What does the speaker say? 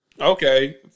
Okay